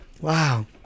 Wow